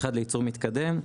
ואחד לייצור מתקדם.